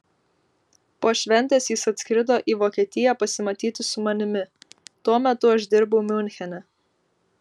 po šventės jis atskrido į vokietiją pasimatyti su manimi tuo metu aš dirbau miunchene